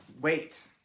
wait